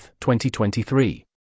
2023